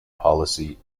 policy